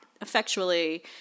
effectually